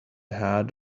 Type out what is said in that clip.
had